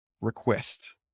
request